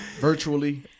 Virtually